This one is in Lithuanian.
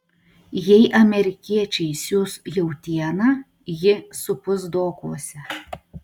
jei amerikiečiai siųs jautieną ji supus dokuose